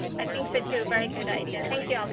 i think so too. very good. i just thank yeah